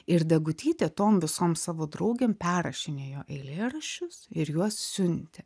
ir degutytė tom visom savo draugėm perrašinėjo eilėraščius ir juos siuntė